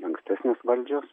ankstesnės valdžios